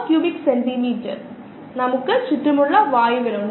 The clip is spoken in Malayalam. കൃത്രിമ അവയവങ്ങളെക്കുറിച്ച് നിങ്ങൾ കേട്ടിരിക്കുമെന്ന് എനിക്ക് ഉറപ്പുണ്ട്